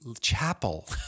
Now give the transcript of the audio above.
Chapel